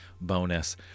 bonus